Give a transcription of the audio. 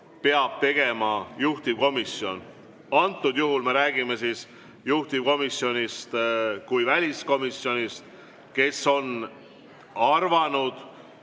peab tegema juhtivkomisjon. Antud juhul me räägime juhtivkomisjonist kui väliskomisjonist, kes on arvanud